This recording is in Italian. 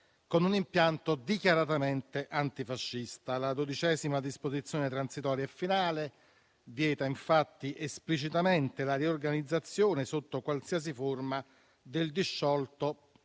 con un impianto dichiaratamente antifascista. La XII disposizione transitoria e finale vieta infatti esplicitamente la riorganizzazione, sotto qualsiasi forma, del disciolto